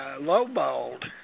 Low-balled